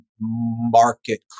market